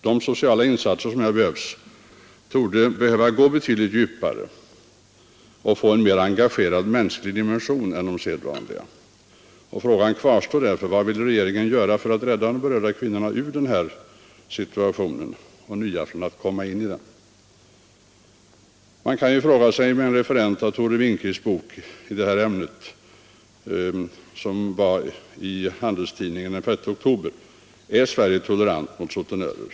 De sociala insatser som här behövs torde behöva gå betydligt djupare och få en mer engagerad mänsklig dimension än de sedvanliga. Frågan kvinnorna ur den här situationen och hindra nya från att komma in i Torsdagen den den? Man kan ju också fråga sig, med en medarbetare i Göteborgs 2 november 1972 Handelsoch Sjöfarts-Tidning som den 6 oktober i år refererat Tore nn Winqvists bok i ämnet: Är Sverige tolerant mot sutenörer?